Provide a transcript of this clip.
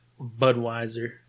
Budweiser